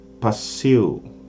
pursue